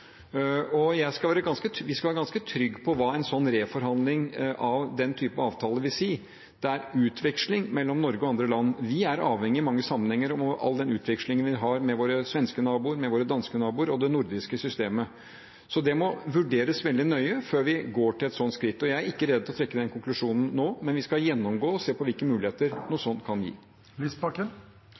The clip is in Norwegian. Vi skal være ganske trygge på hva en slik reforhandling av den type avtaler vil si. Det er utveksling mellom Norge og andre land vi er avhengig av i mange sammenhenger – all den utvekslingen vi har med våre svenske naboer og våre danske naboer og det nordiske systemet. Så det må vurderes veldig nøye før vi går til et sånt skritt. Jeg er ikke rede til å trekke den konklusjonen nå, men vi skal gjennomgå og se på hvilke muligheter noe sånt kan